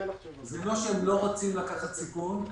זה לא שהם לא רוצים לקחת סיכון,